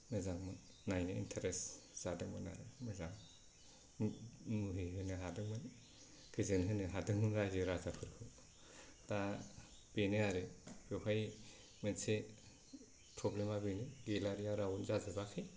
मोजां नायनो इन्टारेस जादोंमोन आरो मोजां मुहिहोनो हादोंमोन गोजोन होनो हादोंमोन राइजो राजाखौ दा बेनो आरो बेवहाय मोनसे प्रब्लेमा बेनो गेलारिया राउन्ड जाजोबाखै